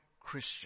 Christian